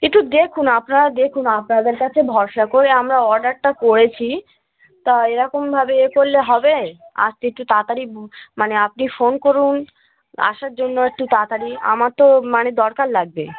একটু দেখুন আপনারা দেখুন আপনাদের কাছে ভরসা করে আমরা অর্ডারটা করেছি তা এরকমভাবে এ করলে হবে আর একটু তাড়াতাড়ি মানে আপনি ফোন করুন আসার জন্য একটু তাড়াতাড়ি আমার তো মানে দরকার লাগবে